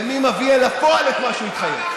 ומי מביא אל הפועל את מה שהוא התחייב.